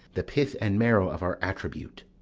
the pith and marrow of our attribute.